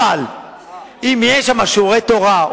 אבל אם יש שם שיעורי תורה,